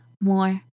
more